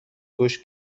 گوش